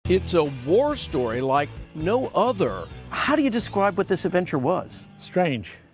it's a war story like no other. how do you describe what this adventure was? strange.